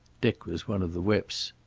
dick was one of the whips.